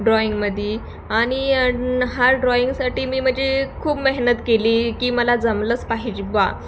ड्रॉईंगमध्ये आणि हा ड्रॉईंगसाठी मी म्हणजे खूप मेहनत केली की मला जमलंच पाहिजे बा